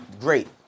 Great